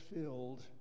filled